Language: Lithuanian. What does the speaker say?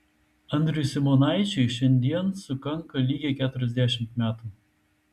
andriui simonaičiui šiandien sukanka lygiai keturiasdešimt metų